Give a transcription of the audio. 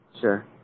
Sure